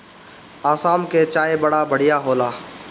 आसाम के चाय बड़ा बढ़िया होला